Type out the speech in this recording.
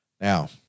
Now